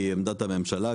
היא עמדת הממשלה,